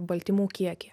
baltymų kiekyje